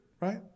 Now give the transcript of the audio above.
right